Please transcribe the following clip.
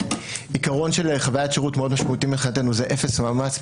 עיקרון של חוויית שירות מאוד משמעותי מבחינתנו זה אפס מאמץ.